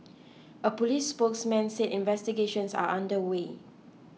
a police spokesman said investigations are under way